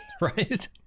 right